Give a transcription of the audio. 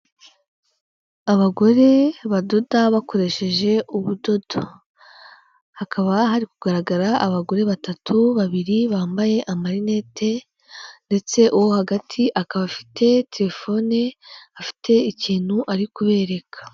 Abagore badoda bakoresheje ubudodo, hakaba hari kugaragara abagore batatu babiri bambaye amarinete ndetse uwo hagati akaba afite terefone afite ikintu ari kubereka.